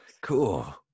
Cool